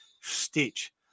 stitch